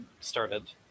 started